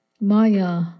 Maya